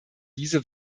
diese